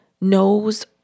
knows